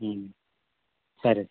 సరే